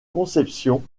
conceptions